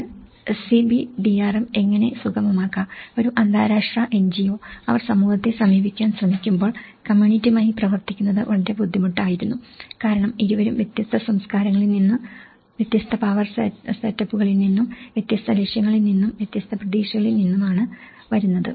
അതിനാൽ CBDRM എങ്ങനെസുഗമമാക്കാം ഒരു അന്താരാഷ്ട്ര NGO അവർ സമൂഹത്തെ സമീപിക്കാൻ ശ്രമിക്കുമ്പോൾ കമ്മ്യൂണിറ്റിയു മായി പ്രവർത്തിക്കുന്നത് വളരെ ബുദ്ധിമുട്ടായിരുന്നു കാരണം ഇരുവരും വ്യത്യസ്ത സംസ്കാരങ്ങളിൽ നിന്നും വ്യത്യസ്ത പവർ സെറ്റപ്പുകളിൽ നിന്നും വ്യത്യസ്ത ലക്ഷ്യങ്ങളിൽ നിന്നും വ്യത്യസ്ത പ്രതീക്ഷകളിൽ നിന്നുമാണ് വരുന്നത്